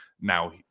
Now